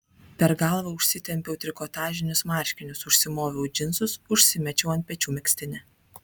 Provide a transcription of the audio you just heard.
per galvą užsitempiau trikotažinius marškinius užsimoviau džinsus užsimečiau ant pečių megztinį